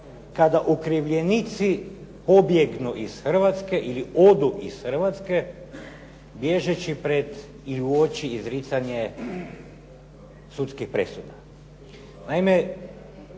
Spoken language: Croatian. kada okrivljenici pobjegnu iz Hrvatske ili odu iz Hrvatske, bježeći pred ili uoči izricanja sudskih presuda.